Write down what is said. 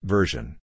Version